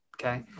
Okay